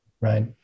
right